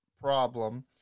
problem